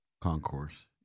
concourse